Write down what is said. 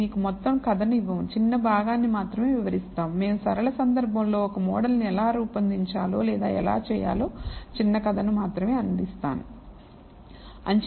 మేము మీకు మొత్తం కథను ఇవ్వంచిన్న భాగాన్ని మాత్రమే వివరిస్తాం మేము సరళ సందర్భంలో ఒక మోడల్ ను ఎలా రూపొందించాలో లేదా ఎలా చేయాలో చిన్న కథను మాత్రమే అందిస్తాం